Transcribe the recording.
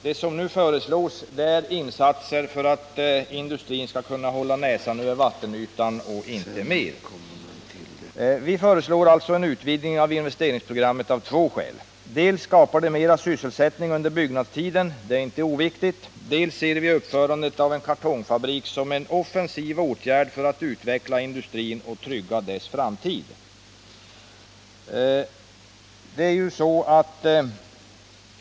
Det som nu föreslås är insatser för att industrin skall kunna hålla näsan över vattenytan, men inte mer. Vi föreslår en utvidgning av investeringsprogrammet av två skäl. Dels skapar det mera sysselsättning under byggnadstiden — och det är inte oviktigt — dels ser vi uppförandet av en kartongfabrik som en offensiv åtgärd för att utveckla industrin och trygga dess framtid.